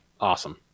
Awesome